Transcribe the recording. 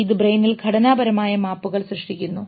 ഇത് ബ്രെയിനിൽ ഘടനാപരമായ മാപ്പുകൾ സൃഷ്ടിക്കുന്നു